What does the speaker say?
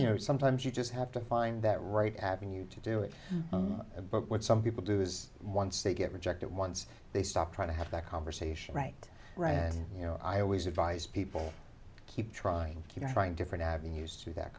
you know sometimes you just have to find that right avenue to do it but what some people do is once they get rejected once they stop trying to have that conversation right red you know i always advise people keep trying you know trying different avenues to that